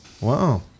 Wow